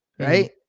Right